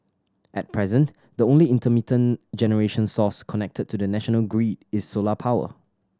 at present the only intermittent generation source connected to the national grid is solar power